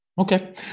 Okay